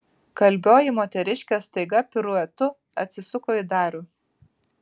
kalbioji moteriškė staiga piruetu atsisuko į darių